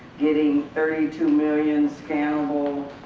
getting thirty two million scannable